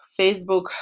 Facebook